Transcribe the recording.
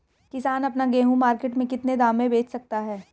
किसान अपना गेहूँ मार्केट में कितने दाम में बेच सकता है?